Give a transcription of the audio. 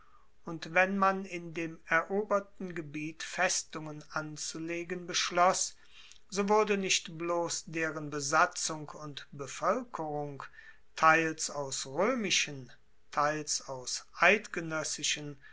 und wenn man in dem eroberten gebiet festungen anzulegen beschloss so wurde nicht bloss deren besatzung und bevoelkerung teils aus roemischen teils aus